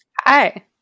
Hi